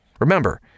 Remember